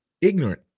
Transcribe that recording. Ignorant